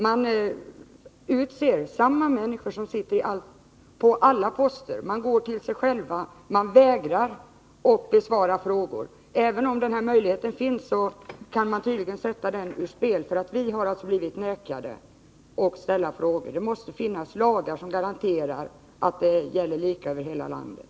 Man utser samma människor som sitter på alla poster, man går till sig själv, man vägrar att besvara frågor. Även om möjligheten finns kan den tydligen sättas ur spel — vi har inte fått ställa frågor. Det måste finnas lagar som garanterar lika förhållanden över hela landet.